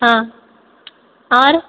हँ आर